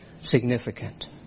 significant